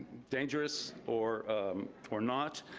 dangerous or or not.